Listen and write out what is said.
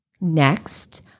Next